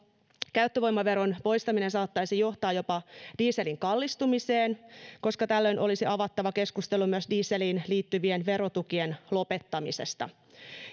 käyttövoimaveron poistaminen saattaisi johtaa jopa dieselin kallistumiseen koska tällöin olisi avattava keskustelu myös dieseliin liittyvien verotukien lopettamisesta